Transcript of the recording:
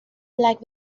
black